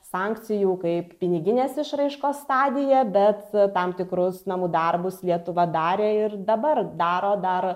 sankcijų kaip piniginės išraiškos stadija bet a tam tikrus namų darbus lietuva darė ir dabar daro daro